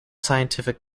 scientific